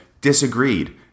disagreed